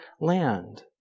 land